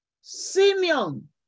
Simeon